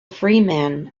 freeman